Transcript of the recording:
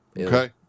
Okay